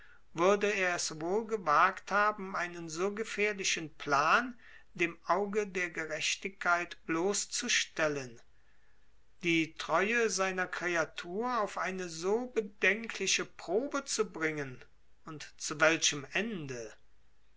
würde er es wohl gewagt haben einen so gefährlichen plan dem auge der gerechtigkeit bloßzustellen die treue seiner kreatur auf eine so bedenkliche probe zu bringen und zu welchem ende